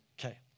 Okay